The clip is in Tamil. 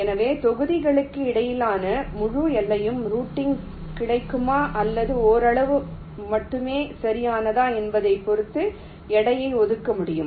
எனவே தொகுதிகளுக்கு இடையிலான முழு எல்லையும் ரூட்டிங் கிடைக்குமா அல்லது அது ஓரளவு மட்டுமே சரியானதா என்பதைப் பொறுத்து எடையை ஒதுக்க முடியும்